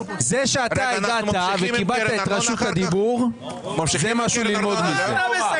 13:33.